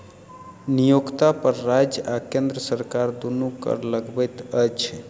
नियोक्ता पर राज्य आ केंद्र सरकार दुनू कर लगबैत अछि